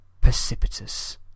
precipitous